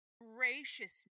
graciousness